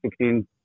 16